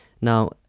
Now